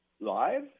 live